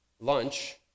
lunch